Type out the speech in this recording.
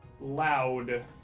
...loud